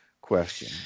question